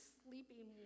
sleeping